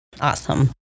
Awesome